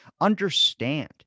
understand